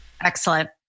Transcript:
Excellent